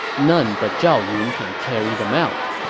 none but zhao yun can carry them out.